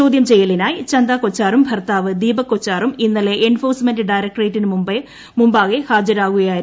ചോദ്യം ചെയ്യലിനായി ചന്ദാ കൊച്ചാറും ഭർത്താവ് ദീപക് കൊച്ചാറും ഇന്നലെ എൻഫോഴ്സ്മെന്റ് ഡയറക്ടറേറ്റിന് മുമ്പാകെ ഹാജരാകുകയായിരുന്നു